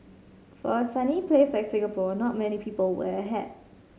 for a sunny place like Singapore not many people wear a hat